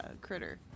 critter